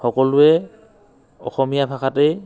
সকলোৱে অসমীয়া ভাষাতেই